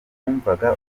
numvaga